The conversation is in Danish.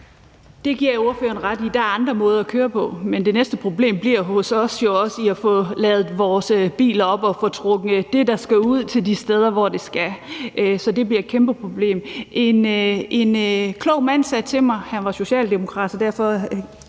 Det giver jeg ordføreren ret i. Der er andre måder at køre på. Men det næste problem hos os bliver jo også at få ladet vores biler op og få trukket de kabler, der skal ud, ud til de steder, de skal. Så det bliver et kæmpeproblem. En klog mand sagde forleden til mig om indenrigsflyvning